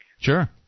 Sure